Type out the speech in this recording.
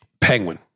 penguin